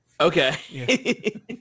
Okay